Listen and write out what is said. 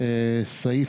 סעיף